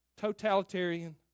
Totalitarian